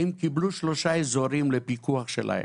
הם קיבלו שלושה אזורים לפיקוח שלהם,